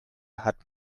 hat